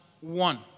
one